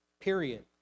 period